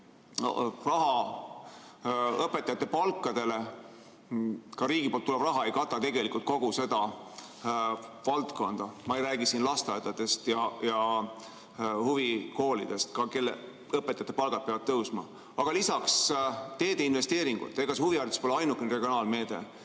raha õpetajate palkadele, riigilt tulev raha ei kata tegelikult kogu seda valdkonda. Ma ei räägi siin lasteaedadest ja huvikoolidest, kus õpetajate palgad peavad ka tõusma. Aga lisaks on teeinvesteeringud, sest ega huviharidus pole ainuke regionaalmeede,